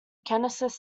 kansas